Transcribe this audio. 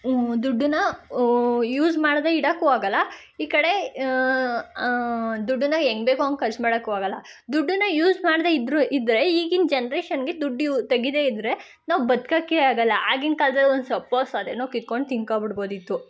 ದುಡ್ಡನ್ನ ಯೂಸ್ ಮಾಡದೇ ಇಡೋಕ್ಕೂ ಆಗೋಲ್ಲ ಈ ಕಡೆ ದುಡ್ಡನ್ನ ಹೆಂಗ್ ಬೇಕೋ ಹಂಗ್ ಖರ್ಚು ಮಾಡೋಕ್ಕೂ ಆಗೋಲ್ಲ ದುಡ್ಡನ್ನ ಯೂಸ್ ಮಾಡದೇ ಇದ್ದರೂ ಇದ್ದರೆ ಈಗಿನ ಜನ್ರೇಷನ್ಗೆ ದುಡ್ಡು ಯೂ ತೆಗೀದೇ ಇದ್ದರೆ ನಾವು ಬದ್ಕೋಕ್ಕೇ ಆಗೋಲ್ಲ ಆಗಿನ ಕಾಲ್ದಲ್ಲಿ ಒಂದು ಸಪ್ಪೋಸ್ ಅದೇನೋ ಕಿತ್ಕೊಂಡು ತಿನ್ಕೋಬಿಡ್ಬೋದಿತ್ತು